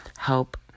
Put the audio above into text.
help